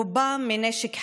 רובם בנשק חם.